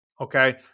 okay